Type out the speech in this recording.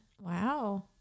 wow